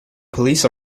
police